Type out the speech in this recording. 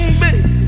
baby